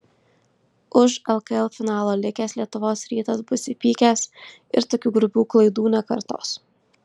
už lkl finalo zonos likęs lietuvos rytas bus įpykęs ir tokių grubių klaidų nekartos